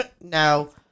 no